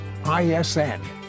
ISN